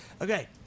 Okay